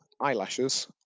Eyelashes